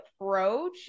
approach